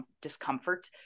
discomfort